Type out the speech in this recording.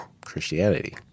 Christianity